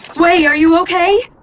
wei, are you okay?